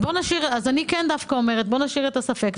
אני אומרת: בואו נשאיר את הספק,